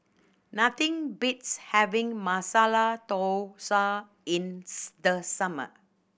nothing beats having Masala Dosa in the summer